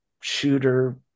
shooter